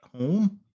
home